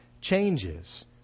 changes